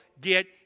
get